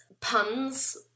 puns